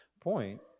point